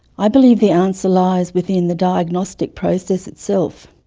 i believe the answer lies within the diagnostic process itself.